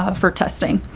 ah for testing,